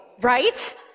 Right